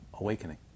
awakening